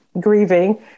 grieving